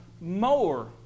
more